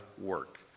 work